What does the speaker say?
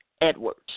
Edwards